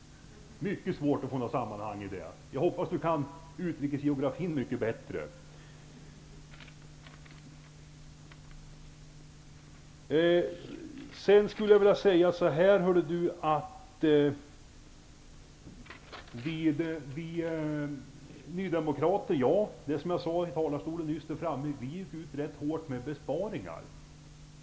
Det är svårt att se något samband här. Jag hoppas att Sture Ericson kan den utrikes geografin bättre. Som jag sade i talarstolen nyss gick vi nydemokrater ut ganska hårt med besparingar.